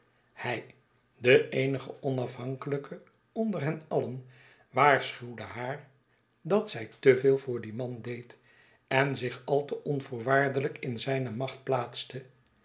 hij de eenige onaf hankelijke onder hen alien waarschuwde haar dat zij te veel voor dien man deed en zich al te onvoorwaardelijk in zijne macht plaatste